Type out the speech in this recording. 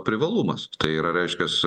privalumas tai yra reiškiasi